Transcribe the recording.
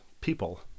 people